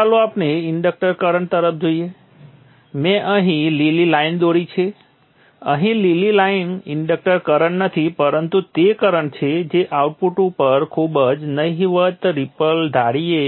હવે ચાલો આપણે ઇન્ડક્ટર કરંટ તરફ જોઇએ મેં અહીં લીલી લાઈન દોરી છે અહીં લીલી લાઈન ઇન્ડક્ટર કરંટ નથી પરંતુ તે કરંટ છે જે આઉટપુટ ઉપર ખૂબ જ નહિવત્ રિપલ ધારીએ